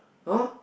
!huh!